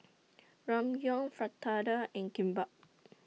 Ramyeon Fritada and Kimbap